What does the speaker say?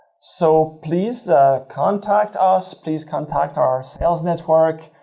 so, please contact us. please contact our sales network.